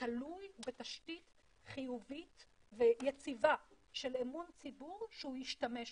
תלוי בתשתית חיובית ויציבה של אמון הציבור שהוא ישתמש בזה.